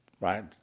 right